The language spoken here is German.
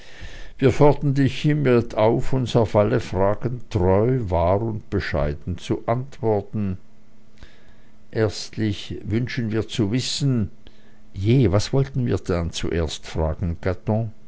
wir fordern dich hiemit auf uns auf alle fragen treu wahr und bescheiden zu antworten erstlich wünschen wir zu wissen je was wollten wir denn zuerst fragen